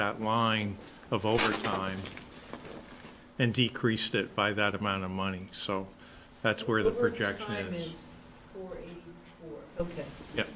that line of overtime and decreased it by that amount of money so that's where the project